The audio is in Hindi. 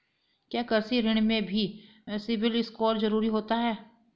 क्या कृषि ऋण में भी सिबिल स्कोर जरूरी होता है?